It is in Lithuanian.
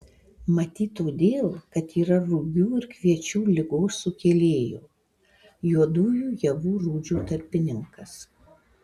matyt todėl kad yra rugių ir kviečių ligos sukėlėjo juodųjų javų rūdžių tarpininkas